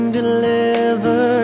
deliver